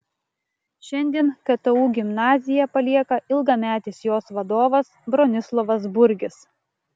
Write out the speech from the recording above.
šiandien ktu gimnaziją palieka ilgametis jos vadovas bronislovas burgis